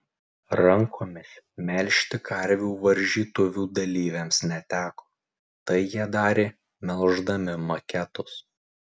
rankomis melžti karvių varžytuvių dalyviams neteko tai jie darė melždami maketus